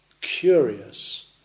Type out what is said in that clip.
curious